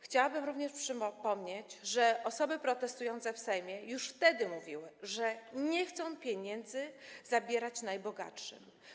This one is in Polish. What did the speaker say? Chciałabym również przypomnieć, że osoby protestujące w Sejmie już wtedy mówiły, że nie chcą zabierać pieniędzy najbogatszym.